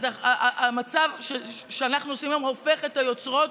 אז המצב שאנחנו עושים היום הופך את היוצרות,